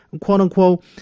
quote-unquote